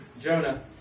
Jonah